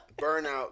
Burnout